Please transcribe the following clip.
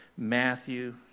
Matthew